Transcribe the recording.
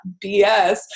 BS